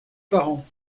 parents